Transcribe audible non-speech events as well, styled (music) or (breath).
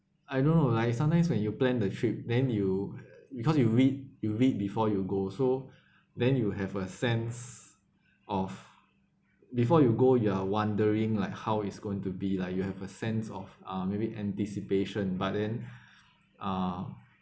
I don't know like sometimes when you plan the trip then you because you read you read before you go so (breath) then you have a sense of before you go you are wondering like how is going to be like you have a sense of uh maybe anticipation but then (breath) uh